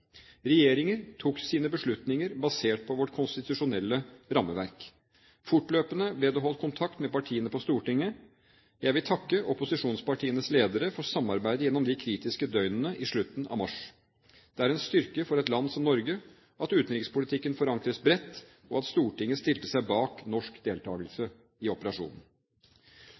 Regjeringen tok sine beslutninger basert på vårt konstitusjonelle rammeverk. Fortløpende ble det holdt kontakt med partiene på Stortinget. Jeg vil takke opposisjonspartienes ledere for samarbeidet gjennom de kritiske døgnene i slutten av mars. Det er en styrke for et land som Norge at utenrikspolitikken forankres bredt, og at Stortinget stilte seg bak norsk deltakelse i operasjonen.